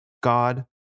God